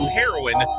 heroin